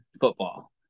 football